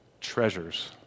treasures